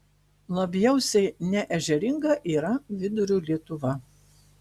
labiausiai neežeringa yra vidurio lietuva